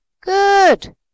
Good